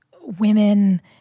women